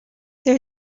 there